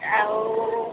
ଆଉ